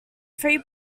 three